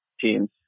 teams